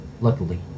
Luckily